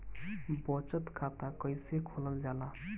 बचत खाता कइसे खोलल जाला?